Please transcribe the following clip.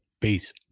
Peace